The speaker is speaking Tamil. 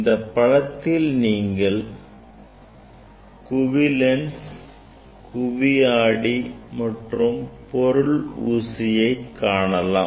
இப்படத்தில் நீங்கள் குவி லென்ஸ் குவி ஆடி மற்றும் பொருள் ஊசியை காணலாம்